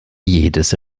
jedes